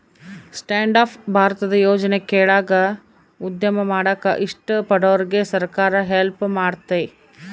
stand up ಭಾರತದ ಯೋಜನೆ ಕೆಳಾಗ ಉದ್ಯಮ ಮಾಡಾಕ ಇಷ್ಟ ಪಡೋರ್ಗೆ ಸರ್ಕಾರ ಹೆಲ್ಪ್ ಮಾಡ್ತತೆ